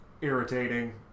irritating